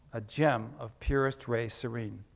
a gem of purest ray serene.